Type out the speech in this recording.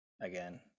again